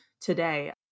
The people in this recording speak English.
today